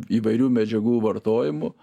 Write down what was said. įvairių medžiagų vartojimu